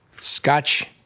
Scotch